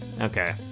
Okay